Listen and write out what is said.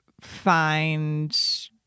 find